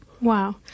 Wow